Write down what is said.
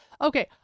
okay